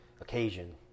occasion